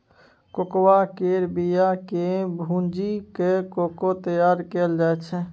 cocoa केर बिया केँ भूजि कय कोको तैयार कएल जाइ छै